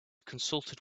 consulted